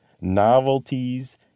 novelties